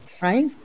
Right